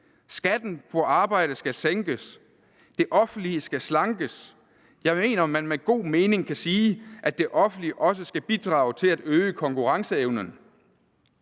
»Skatten på arbejde skal sænkes. Det offentlige skal slankes. Jeg mener, man med god mening kan sige, at det offentlige skal bidrage til at øge konkurrenceevnen«.